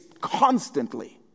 constantly